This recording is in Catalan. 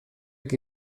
que